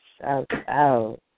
Shout-out